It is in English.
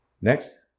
Next